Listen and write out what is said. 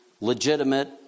legitimate